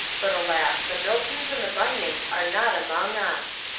but alas, the mlltons and the bun yans are not among us.